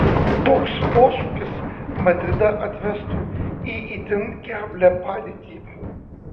toks posūkis madridą atvestų į itin keblią padėtį